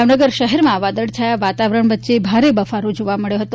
ભાવનગર શહેરમાં વાદળછાયા વાતાવરણ વચ્ચે ભારે બફારો જોવા મળ્યો હતો